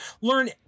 learn